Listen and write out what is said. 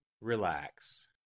Relax